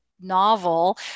novel